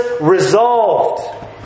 resolved